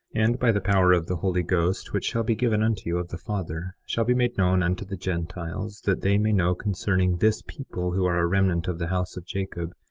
and by the power of the holy ghost which shall be given unto you of the father, shall be made known unto the gentiles that they may know concerning this people who are a remnant of the house of jacob,